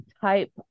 type